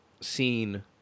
seen